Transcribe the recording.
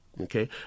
okay